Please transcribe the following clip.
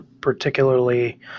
particularly